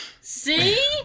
See